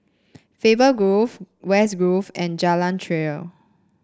Faber Grove West Grove and Jalan Krian